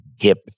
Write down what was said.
hip